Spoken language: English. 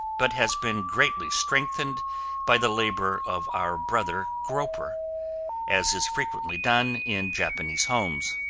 but has been greatly strengthened by the labor of our brother gropper as is frequently done in japanese homes.